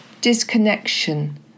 disconnection